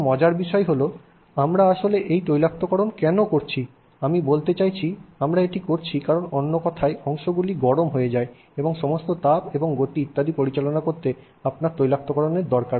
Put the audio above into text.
তবে মজার বিষয় হল আমরা আসলে এই তৈলাক্তকরণটি কেন করছি আমি বলতে চাইছি আমরা এটি করছি কারণ অন্যথায় অংশগুলি গরম হয়ে যায় এবং সমস্ত তাপ এবং গতি ইত্যাদি পরিচালনা করতে আপনার তৈলাক্তকরণের কিছু দরকার